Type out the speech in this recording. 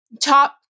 top